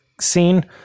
scene